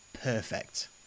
Perfect